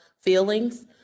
feelings